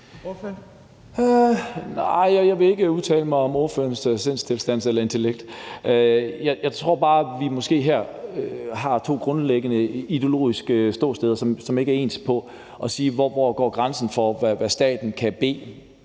Jeg vil ikke udtale mig om spørgerens sindstilstand eller intellekt. Jeg tror bare, at vi måske her har to grundlæggende ideologiske ståsteder, som ikke er ens, i forhold til at sige: Hvor går grænsen for, hvad staten kan bede